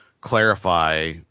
clarify